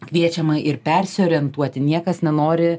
kviečiama ir persiorientuoti niekas nenori